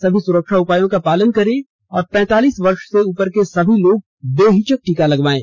सभी सुरक्षा उपायों का पालन करें और पैंतालीस वर्ष से उपर के सभी लोग बेहिचक टीका लगवायें